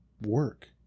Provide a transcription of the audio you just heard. work